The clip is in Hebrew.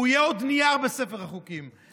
הוא יהיה עוד נייר בספר החוקים.